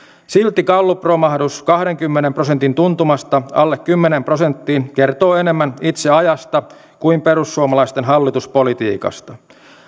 silti gallupromahdus kahdenkymmenen prosentin tuntumasta alle kymmeneen prosenttiin kertoo enemmän itse ajasta kuin perussuomalaisten hallituspolitiikasta